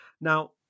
Now